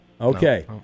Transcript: Okay